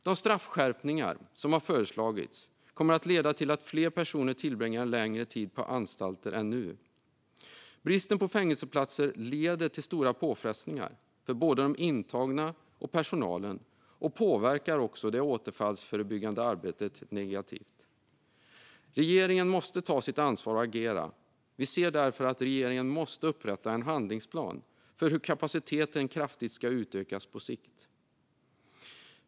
De straffskärpningar som har föreslagits kommer att leda till att fler personer tillbringar en längre tid på anstalter än nu. Bristen på fängelseplatser leder till stora påfrestningar för både de intagna och personalen och påverkar också det återfallsförebyggande arbetet negativt. Regeringen måste ta sitt ansvar och agera. Vi ser därför att regeringen måste upprätta en handlingsplan för hur kapaciteten kraftigt ska utökas på sikt.